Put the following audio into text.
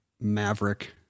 Maverick